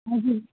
हजुर